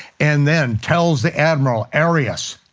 and then tells the admiral arrius,